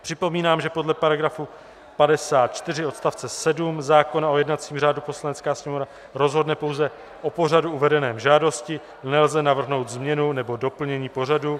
Připomínám, že podle § 54 odst. 7 zákona o jednacím řádu Poslanecká sněmovna rozhodne pouze o pořadu uvedeném v žádosti, nelze navrhnout změnu nebo doplnění pořadu.